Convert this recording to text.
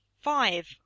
five